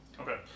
Okay